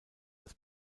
das